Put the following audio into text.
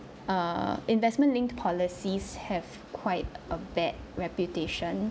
err investment linked policies have quite a bad reputation